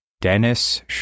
Dennis